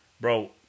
bro